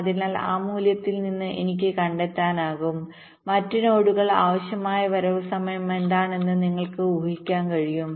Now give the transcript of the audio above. അതിനാൽ ആ മൂല്യത്തിൽ നിന്ന് എനിക്ക് കണ്ടെത്താനാകും മറ്റ് നോഡുകൾക്ക് ആവശ്യമായ വരവ് സമയം എന്താണെന്ന് നിങ്ങൾക്ക് ഊ ഹിക്കാൻ കഴിയും